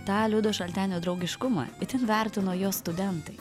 tą liudo šaltenio draugiškumą itin vertino jo studentai